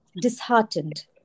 disheartened